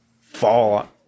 fall